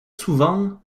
souvent